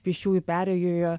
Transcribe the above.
pėsčiųjų perėjoje